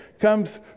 comes